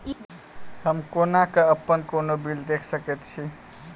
हम कोना कऽ अप्पन कोनो बिल देख सकैत छी?